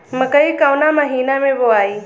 मकई कवना महीना मे बोआइ?